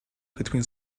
between